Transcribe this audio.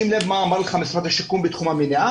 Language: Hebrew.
שים לב מה אמר לך משרד השיכון בתחום המניעה,